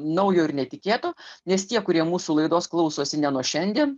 naujo ir netikėto nes tie kurie mūsų laidos klausosi ne nuo šiandien